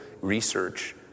research